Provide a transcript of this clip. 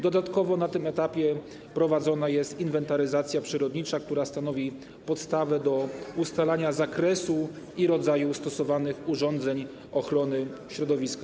Dodatkowo na tym etapie prowadzona jest inwentaryzacja przyrodnicza, która stanowi podstawę do ustalania zakresu i rodzaju stosowanych urządzeń ochrony środowiska.